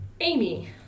Amy